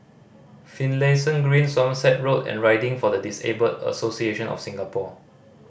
Finlayson Green Somerset Road and Riding for the Disabled Association of Singapore